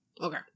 Okay